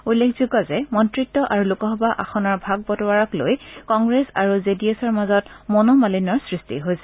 উল্লেখযোগ্য যে মন্ত্ৰিত্ আৰু লোকসভা আসনৰ ভাগ বাটোৱাৰাক লৈ কংগ্ৰেছ আৰু জেডিএছৰ মাজত মনোমালিন্যৰ সৃষ্টি হৈছে